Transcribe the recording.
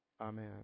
Amen